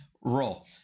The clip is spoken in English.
roll